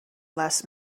less